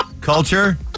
culture